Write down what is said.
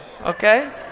okay